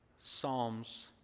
psalms